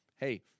hey